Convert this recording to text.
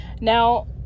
Now